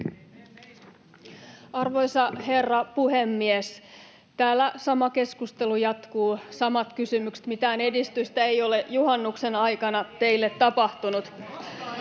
Arvoisa herra puhemies! Täällä sama keskustelu jatkuu, samat kysymykset, mitään edistystä ei ole juhannuksen aikana teillä tapahtunut.